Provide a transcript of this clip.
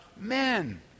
men